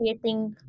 creating